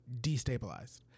destabilized